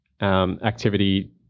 activity